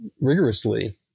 rigorously